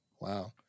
Wow